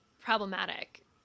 problematic